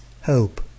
hope